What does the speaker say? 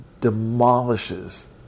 demolishes